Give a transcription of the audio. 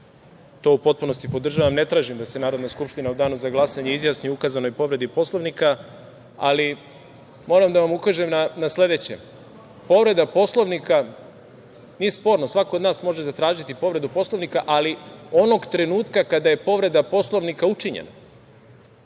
to u potpunosti podržavam. Ne tražim da se Narodna skupština u danu za glasanje izjasni o ukazanoj povredi Poslovnika, ali moram da vam ukažem na sledeće. Povreda Poslovnika, nije sporno, svako od nas može zatražiti povredu Poslovnika, ali onog trenutka kada je povreda Poslovnika učinjena.